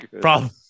Problem